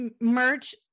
merch